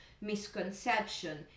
misconception